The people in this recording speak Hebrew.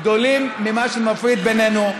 עדיין גדולים ממה שמפריד בינינו.